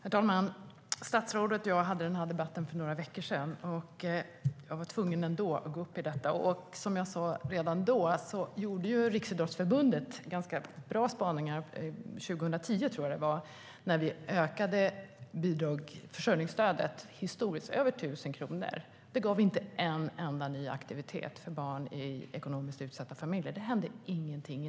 Fru talman! Statsrådet och jag debatterade detta för några veckor sedan. Men jag var ändå tvungen att gå upp i denna debatt. Som jag sa redan då gjorde Riksidrottsförbundet ganska bra spaningar 2010, tror jag att det var, då vi ökade försörjningsstödet med över 1 000 kronor. Det gav inte en enda ny aktivitet för barn i ekonomiskt utsatta familjer. Det hände ingenting.